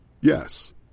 Yes